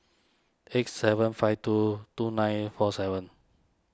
eight seven five two two nine four seven